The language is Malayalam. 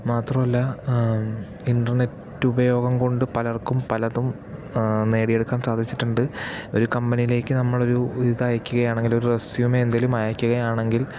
മാത്രല്ല ഇൻറ്റർനെറ്റ് ഉപയോഗം കൊണ്ട് പലർക്കും പലതും ആ നേടി എടുക്കാൻ സാധിച്ചിട്ടിണ്ട് ഒരു കമ്പനിയിലേക്ക് നമ്മളൊരു ഒരിതയക്കയാണെങ്കിൽ ഒരു റെസ്യൂമെന്തെങ്കിലും അയക്കുകയാണെങ്കിൽ